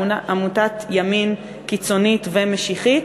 עמותת ימין קיצונית ומשיחית.